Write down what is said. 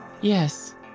Yes